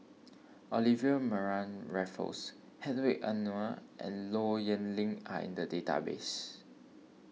Olivia Mariamne Raffles Hedwig Anuar and Low Yen Ling are in the database